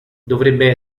dovrebbe